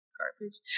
garbage